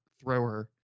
thrower